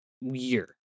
year